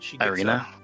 Irina